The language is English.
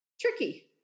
tricky